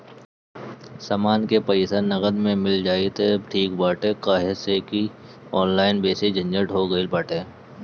समान के पईसा नगद में मिल जाई त ठीक बाटे काहे से की ऑनलाइन बेसी झंझट हो गईल बाटे